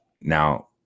now